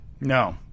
No